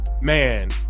man